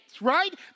right